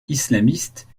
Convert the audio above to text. islamiste